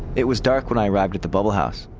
it was dark when i arrived at the bubble house.